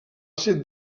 ser